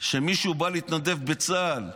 שמישהו בא להתנדב בצה"ל,